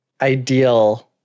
ideal